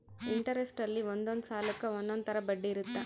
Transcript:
interest ಅಲ್ಲಿ ಒಂದೊಂದ್ ಸಾಲಕ್ಕ ಒಂದೊಂದ್ ತರ ಬಡ್ಡಿ ಇರುತ್ತ